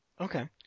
Okay